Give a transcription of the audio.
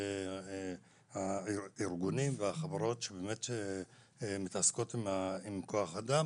הארגונים והחברות שמתעסקים בכוח אדם